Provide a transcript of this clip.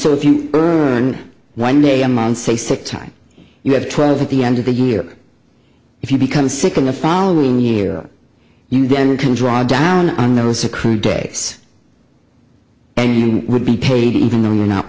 so if you one day a month say sick time you have twelve at the end of the year if you become sick in the following year you then can draw down on those a crew days and you would be paid even though you're not